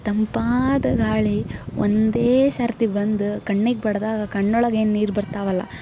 ತಂಪಾದ ಗಾಳಿ ಒಂದೇ ಸರತಿ ಬಂದು ಕಣ್ಣಿಗೆ ಬಡಿದಾಗ ಕಣ್ಣೊಳಗೆ ಏನು ನೀರು ಬರ್ತಾವಲ್ಲ